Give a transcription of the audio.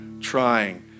trying